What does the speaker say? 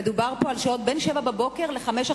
מדובר פה על שעות שבין 07:00 ל-17:00.